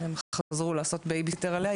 הם חזרו לעשות בייבי סיטר עליה,